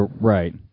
right